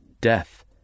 death